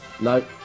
No